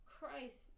Christ